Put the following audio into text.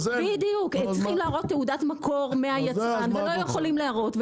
צריכים להראות תעודת מקור מהיצרן ולא יכולים להראות,